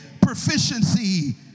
proficiency